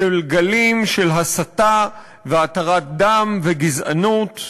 של גלים של הסתה והתרת דם וגזענות.